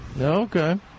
Okay